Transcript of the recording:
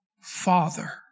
Father